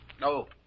No